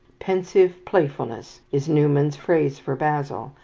pensive playfulness is newman's phrase for basil,